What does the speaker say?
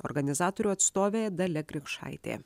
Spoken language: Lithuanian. organizatorių atstovė dalia grikšaitė